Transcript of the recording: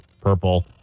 purple